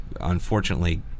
unfortunately